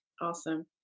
Awesome